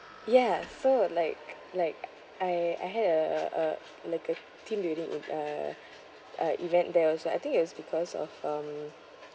yeah so like like I I had a uh like a team building ev~ uh uh event there also I think it was because of um